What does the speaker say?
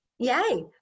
Yay